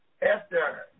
Esther